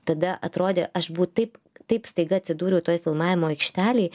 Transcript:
tada atrodė aš buvau taip taip staiga atsidūriau toje filmavimo aikštelėj